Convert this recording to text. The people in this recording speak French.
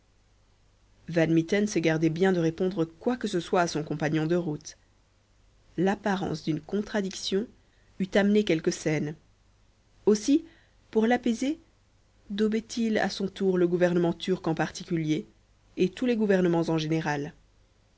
mitten se gardait bien de répondre quoi que ce soit à son compagnon de route l'apparence d'une contradiction eût amené quelque scène aussi pour l'apaiser daubait il à son tour le gouvernement turc en particulier et tous les gouvernements en général